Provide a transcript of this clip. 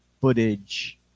footage